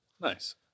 Nice